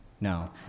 No